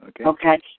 Okay